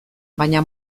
baina